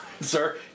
Sir